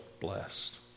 blessed